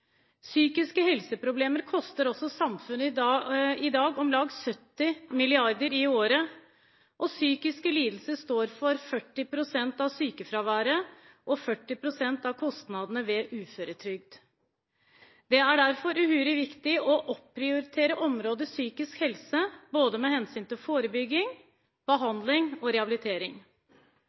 Psykiske helseproblemer koster samfunnet i dag om lag 70 mrd. kr i året, og psykiske lidelser står for 40 pst. av sykefraværet og 40 pst. av kostnadene ved uføretrygd. Det er derfor uhyre viktig å opprioritere området psykisk helse, med hensyn til både forebygging, behandling og rehabilitering.